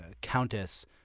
countess